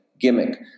gimmick